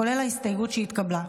כולל ההסתייגות שהתקבלה.